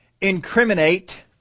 incriminate